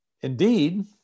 Indeed